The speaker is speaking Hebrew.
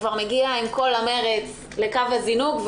הוא כבר מגיע עם כל המרץ לקו הזינוק,